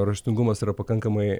raštingumas yra pakankamai